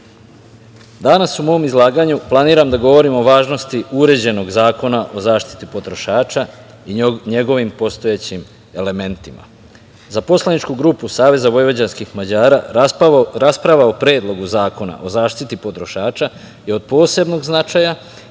danas u mom izlaganju planiram da govorim o važnosti uređenog Zakona o zaštiti potrošača i njegovim postojećim elementima.Za poslaničku grupu Savez vojvođanskih Mađara rasprava o Predlogu zakona o zaštiti potrošača je od posebnog značaja